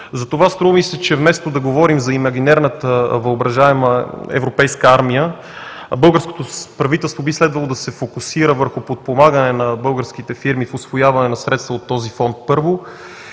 Затова струва ми се, че вместо да говорим за имагинерната, въображаема европейска армия, българското правителство би следвало да се фокусира върху подпомагане на българските фирми в усвояване на средства от този фонд, първо,